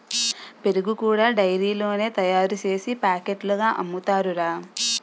పెరుగు కూడా డైరీలోనే తయారుసేసి పాకెట్లుగా అమ్ముతారురా